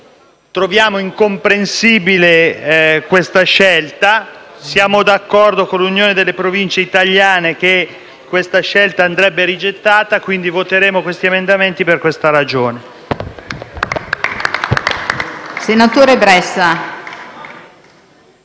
Troviamo incomprensibile questa scelta. Siamo d'accordo con l'Unione delle Province italiane che tale scelta dovrebbe essere rigettata e voteremo a favore di questi emendamenti per questa ragione.